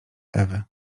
ewy